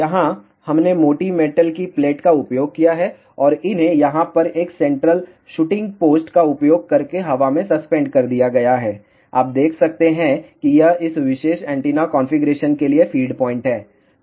यहां हमने मोटी मेटल की प्लेट का उपयोग किया है और इन्हें यहां पर एक सेंट्रल शूटिंग पोस्ट का उपयोग करके हवा में सस्पेंड कर दिया गया है आप देख सकते हैं यह इस विशेष एंटीना कॉन्फ़िगरेशन के लिए फ़ीड पॉइंट है